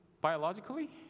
biologically